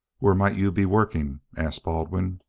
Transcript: where might you be working? asked baldwin.